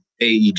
AEG